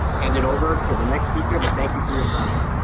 and it over to the next speaker. but thank you for your time.